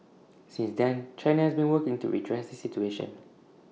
since then China has been working to redress this situation